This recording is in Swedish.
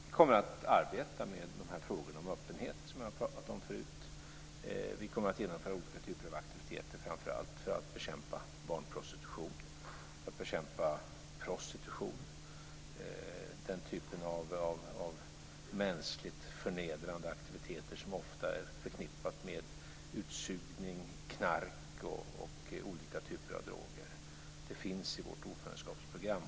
Vi kommer att arbeta med dessa frågor om öppenhet, som jag har talat om tidigare. Vi kommer att genomföra olika typer av aktiviteter, framför allt för att bekämpa barnprostitution, för att bekämpa prostitution och den typen av mänskligt förnedrande aktiviteter som ofta är förknippade med utsugning, knark och olika typer av droger. Det finns med i vårt ordförandeskapsprogram.